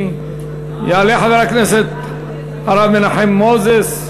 יעלה חבר הכנסת הרב מנחם מוזס,